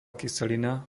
kyselina